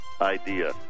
idea